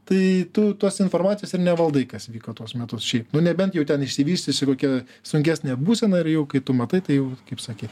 tai tu tos informacijos ir nevaldai kas vyko tuos metus šiaip nu nebent jau ten išsivystysi kokią sunkesnę būseną ir jau kai tu matai tai jau kaip sakyt